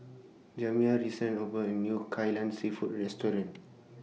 Jamiya recently opened A New Kai Lan Seafood Restaurant